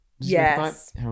yes